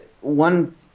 one